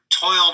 toiled